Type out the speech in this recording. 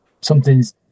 something's